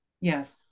Yes